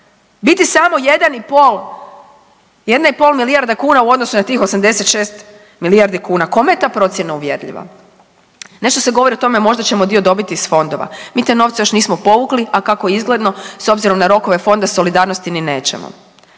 i pol, jedna i pol milijarda kuna u odnosu na tih 86 milijardi kuna. Kome je ta procjena uvjerljiva? Nešto se govori o tome možda ćemo dio dobiti iz fondova. Mi te novce još nismo povukli, a kako je izgledno s obzirom na rokove Fonda solidarnosti ni nećemo.